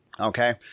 Okay